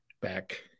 back